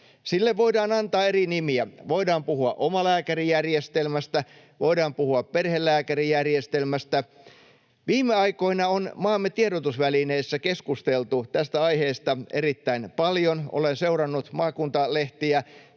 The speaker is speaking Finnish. Sille voidaan antaa eri nimiä: voidaan puhua omalääkärijärjestelmästä, voidaan puhua perhelääkärijärjestelmästä. Viime aikoina on maamme tiedotusvälineissä keskusteltu tästä aiheesta erittäin paljon. Olen seurannut maakuntalehtiä,